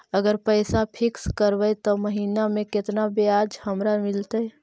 अगर पैसा फिक्स करबै त महिना मे केतना ब्याज हमरा मिलतै?